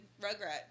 Rugrat